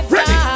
Ready